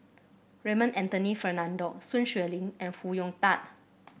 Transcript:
Raymond Anthony Fernando Sun Xueling and Foo Hong Tatt